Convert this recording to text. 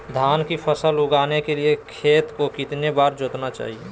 धान की फसल उगाने के लिए खेत को कितने बार जोतना चाइए?